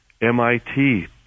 MIT